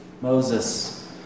Moses